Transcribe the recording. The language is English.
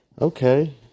Okay